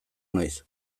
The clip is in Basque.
noiz